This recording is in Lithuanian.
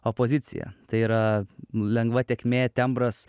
opozicija tai yra lengva tėkmė tembras